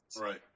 Right